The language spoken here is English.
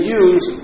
use